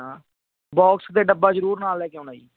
ਹਾਂ ਬੋਕਸ ਅਤੇ ਡੱਬਾ ਜ਼ਰੂਰ ਨਾਲ ਲੈ ਕੇ ਆਉਣਾ ਜੀ